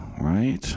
Right